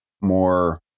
more